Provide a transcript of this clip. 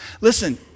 Listen